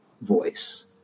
voice